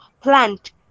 plant